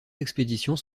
expéditions